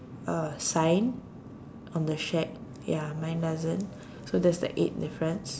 uh sign on the shack ya mine doesn't so that's the eighth difference